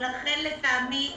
לכן לטעמי,